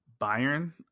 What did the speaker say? Bayern